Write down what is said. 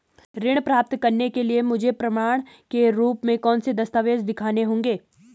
ऋण प्राप्त करने के लिए मुझे प्रमाण के रूप में कौन से दस्तावेज़ दिखाने होंगे?